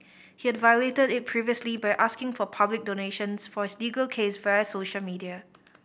he had violated it previously by asking for public donations for his legal case via social media